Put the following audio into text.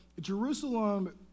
Jerusalem